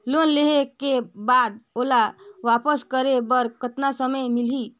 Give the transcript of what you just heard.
Loan लेहे के बाद ओला वापस करे बर कतना समय मिलही?